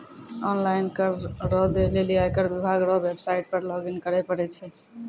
online कर रो दै लेली आयकर विभाग रो वेवसाईट पर लॉगइन करै परै छै